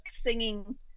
singing